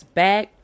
back